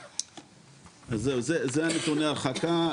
אלו נתוני ההרחקה,